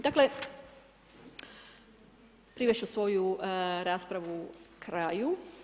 Dakle, privest ću svoju raspravu kraju.